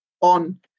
on